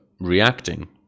reacting